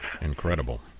Incredible